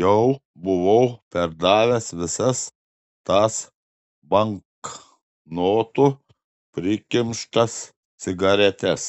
jau buvau perdavęs visas tas banknotų prikimštas cigaretes